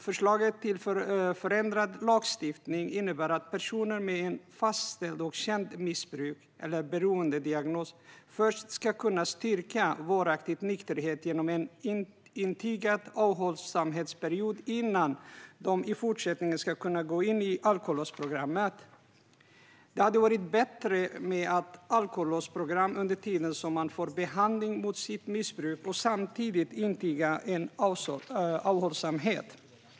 Förslaget till förändrad lagstiftning innebär att personer med en fastställd och känd missbruks eller beroendediagnos först ska kunna styrka varaktig nykterhet genom en intygad avhållsamhetsperiod innan de ska kunna gå in i alkolåsprogrammet. Det hade varit bättre med ett alkolåsprogram under tiden som man får behandling mot sitt missbruk och samtidigt intygar avhållsamhet.